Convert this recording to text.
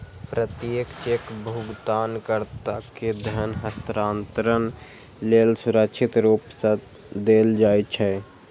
प्रत्येक चेक भुगतानकर्ता कें धन हस्तांतरण लेल सुरक्षित रूप सं देल जाइ छै